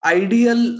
ideal